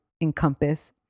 encompass